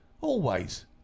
Always